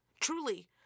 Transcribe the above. Truly